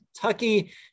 Kentucky